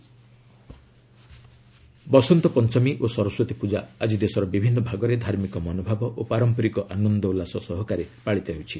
ବସନ୍ତ ପଞ୍ଚମୀ ବସନ୍ତ ପଞ୍ଚମୀ ଓ ସରସ୍ୱତୀ ପୂଜା ଆଜି ଦେଶର ବିଭିନ୍ନ ଭାଗରେ ଧାର୍ମିକ ମନୋଭାବ ଓ ପାରମ୍ପରିକ ଆନନ୍ଦ ଉଲ୍ଲାସ ସହକାରେ ପାଳିତ ହୋଇଛି